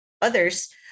others